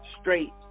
straight